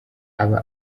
aba